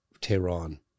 Tehran